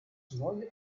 neue